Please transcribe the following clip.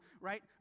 right